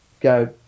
go